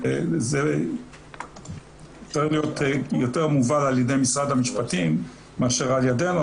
זה צריך להיות יותר מועבר על ידי משרד המשפטים מאשר על ידינו,